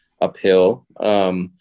uphill